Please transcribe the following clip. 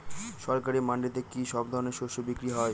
সরকারি মান্ডিতে কি সব ধরনের শস্য বিক্রি হয়?